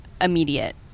immediate